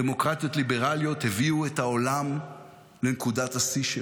דמוקרטיות ליברליות הביאו את העולם לנקודת השיא שלו: